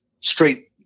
straight